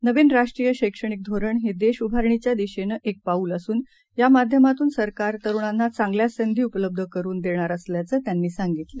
नवीनराष्ट्रीयशैक्षणिकधोरणहेदेशउभारणीच्यादिशेनंएकपाऊलअसून यामाध्यमातूनसरकारतरुणांनाचांगल्यासंधीउपलब्धकरुनदेणारअसल्याचंत्यांनीसांगितलं